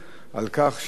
על כך שבאמת,